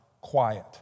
quiet